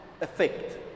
effect